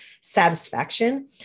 satisfaction